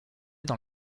dans